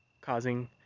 causing